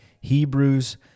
Hebrews